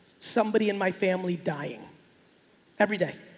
somebody in my family dying every day.